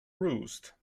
roost